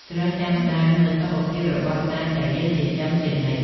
ត្រូវតាមដានមើលសុខភាពរបស់សត្វដែលយើងចិញ្ចឹមជានិច្ច។